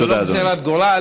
זאת לא גזרת גורל,